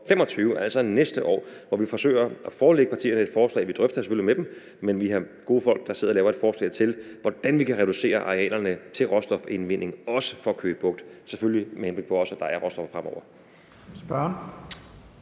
2025, altså til næste år, hvor vi forsøger at forelægge partierne et forslag. Vi drøfter det selvfølgelig med dem, men vi har gode folk, der sidder og laver et forslag til, hvordan vi kan reducere arealerne til råstofindvinding, også for Køge Bugt, selvfølgelig med henblik på at der også er råstoffer fremover.